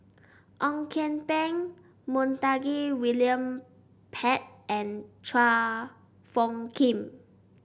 Ong Kian Peng Montague William Pett and Chua Phung Kim